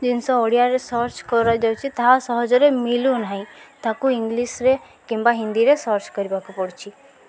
ଜିନିଷ ଓଡ଼ିଆରେ ସର୍ଚ୍ଚ କରାଯାଉଛି ତାହା ସହଜରେ ମିଲୁ ନାହିଁ ତାକୁ ଇଂଲିଶରେ କିମ୍ବା ହିନ୍ଦୀରେ ସର୍ଚ୍ଚ କରିବାକୁ ପଡ଼ୁଛି